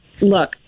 Look